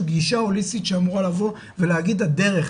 שהיא גישה הוליסטית שאמורה לבוא ולהגיד הדרך,